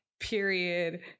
period